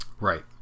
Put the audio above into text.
Right